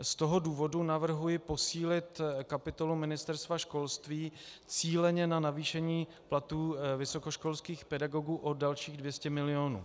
Z toho důvodu navrhuji posílit kapitolu Ministerstva školství cíleně na navýšení platů vysokoškolských pedagogů o dalších 200 milionů.